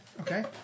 Okay